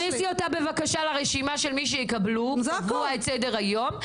תכניסי אותה בבקשה לרשימה של מי שיקבלו קבוע את סדר-היום,